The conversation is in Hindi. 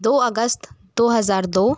दो अगस्त दो हजार दो